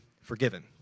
forgiven